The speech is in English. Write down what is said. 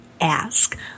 ask